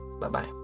Bye-bye